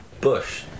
Bush